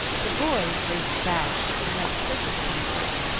the boys raced about, looking like circus-tumblers,